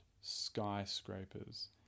skyscrapers